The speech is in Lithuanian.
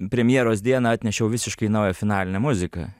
premjeros dieną atnešiau visiškai naują finalinę muziką